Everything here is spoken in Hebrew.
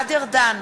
גלעד ארדן,